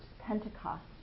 Pentecost